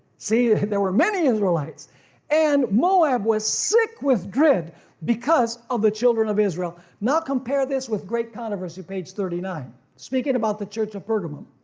see there were many israelite's and moab was sick with dread because of the children of israel. now compare this with great controversy page thirty nine speaking about the church at pergamum.